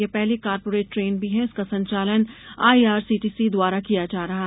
यह पहली corporate train भी है इसका संचालन आईआरसीटीसी द्वारा किया जा रहा है